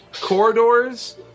corridors